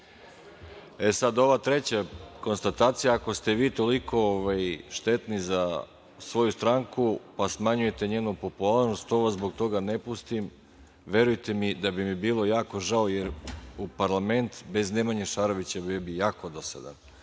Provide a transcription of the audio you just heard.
ova treća konstatacija. Ako ste vi toliko štetni za svoju stranku, pa smanjujete njenu popularnost, što vas zbog toga ne pustim, verujte mi da bi mi bilo jako žao jer parlament bez Nemanje Šarovića bio bi jako dosadan. Da